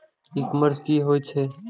ई commerce की होय छेय?